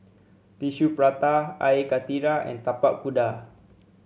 Tissue Prata Air Karthira and Tapak Kuda